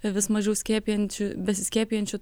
vis mažiau skiepijančių besiskiepijančių